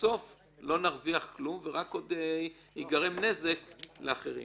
בסוף לא נרוויח כלום ורק ייגרם נזק לאחרים.